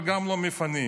וגם לא מפנים.